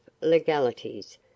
legalities